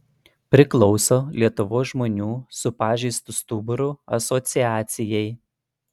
priklauso lietuvos žmonių su pažeistu stuburu asociacijai